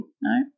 No